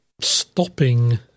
stopping